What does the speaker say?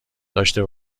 داشته